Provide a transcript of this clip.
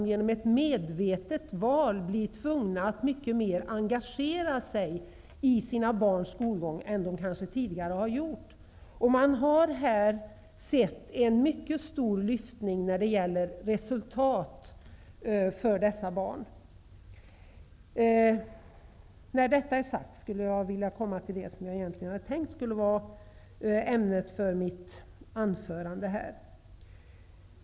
Genom ett medvetet val blir de tvungna att engagera sig mycket mer i sina barns skolgång än de kanske har gjort tidigare. Man har kunnat påvisa en markant förbättring av dessa barns resultat.